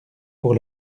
pour